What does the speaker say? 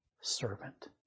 servant